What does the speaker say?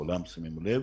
כולם שמים לב